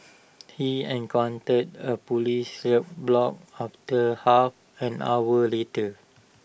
he encountered A Police roadblock after half an hour later